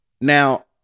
Now